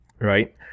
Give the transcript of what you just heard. right